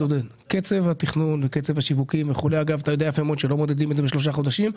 אתה יודע שאת קצב התכנון ואת קצב השיווקים לא מודדים בשלושה חודשים.